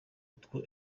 witwa